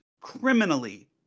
criminally